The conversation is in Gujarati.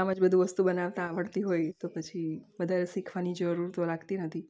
આમ જ બધુ વસ્તુ બનાવતા આવડતી હોય તો પછી વધારે શીખવાની જરૂર તો લાગતી નથી